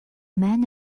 man